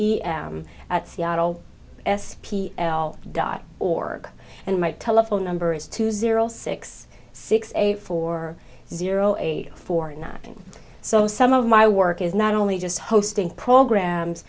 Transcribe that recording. the at seattle s p l dot org and my telephone number is two zero six six eight four zero eight for nothing so some of my work is not only just hosting programs